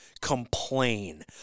complain